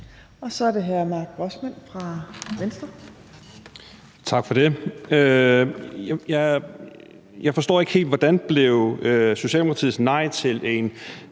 Venstre. Kl. 13:45 Mark Grossmann (V): Tak for det. Jeg forstår ikke helt: Hvordan blev Socialdemokratiets nej til en